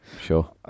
sure